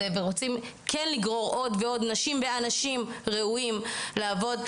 וכן לגרור עוד ועוד נשים ואנשים ראויים לעבוד.